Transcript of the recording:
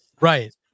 Right